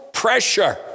pressure